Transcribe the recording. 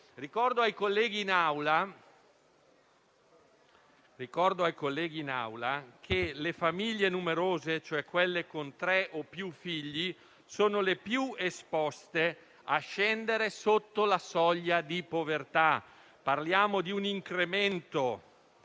Ricordo ai colleghi in Aula che le famiglie numerose, cioè quelle con tre o più figli, sono le più esposte al rischio di scendere sotto la soglia di povertà: parliamo di un incremento,